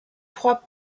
trois